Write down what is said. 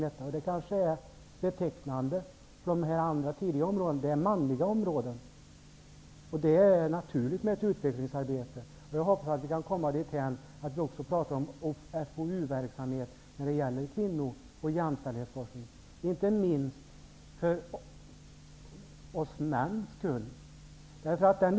Det är kanske betecknande, eftersom de sektorer som jag tidigare nämnde är manliga områden, där det är naturligt med utvecklingsarbete. Jag hoppas att vi kan komma dithän att vi också kan tala om FoU-verksamhet i fråga om kvinno och jämställdhetsforskning, inte minst för männens skull.